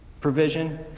provision